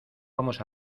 vamos